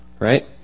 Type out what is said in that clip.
right